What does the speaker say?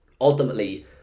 ultimately